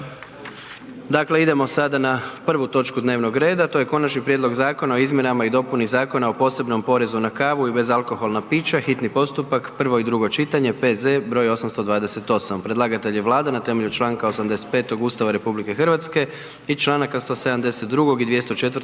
Dakle, idemo sada na prvu točku dnevnog reda to je: - Konačni prijedlog Zakona o izmjenama i dopuni Zakona o posebnom porezu na kavu i bezalkoholna pića, hitni postupak, prvo i drugo čitanje, P.Z. broj 828 Predlagatelj je Vlada na temelju članka 85. Ustava RH i članaka 172. i 204.